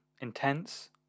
intense